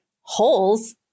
holes